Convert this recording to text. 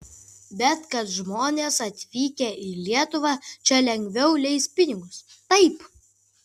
bet kad žmonės atvykę į lietuvą čia lengviau leis pinigus taip